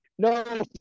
No